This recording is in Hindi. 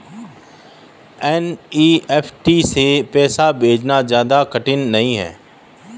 एन.ई.एफ.टी से पैसे भिजवाना ज्यादा कठिन नहीं है